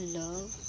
love